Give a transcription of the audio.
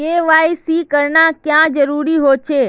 KYC करना क्याँ जरुरी होचे?